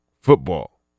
football